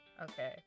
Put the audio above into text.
Okay